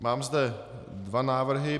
Mám zde dva návrhy.